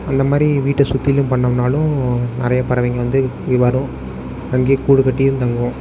அந்த மாதிரி வீட்டை சுற்றிலும் பண்ணுனோம்னாலும் நிறைய பறவைங்க வந்து வரும் அங்கே கூடு கட்டியும் தங்கும்